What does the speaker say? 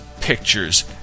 pictures